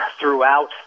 throughout